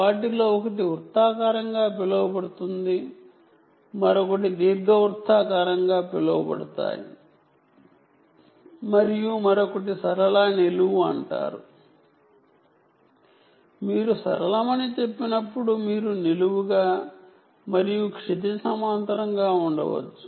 వాటిలో ఒకటి సర్కులర్ గా పిలువబడతాయి మరొకటి ఎలిప్టికల్ గా పిలువబడతాయి మరియు మరొకటి లీనియర్ వర్టికల్ అంటారు మీరు లీనియర్ అని చెప్పినప్పుడు మీరు వర్టికల్ గా మరియు హారిజాంటల్ గా ఉండవచ్చు